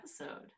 episode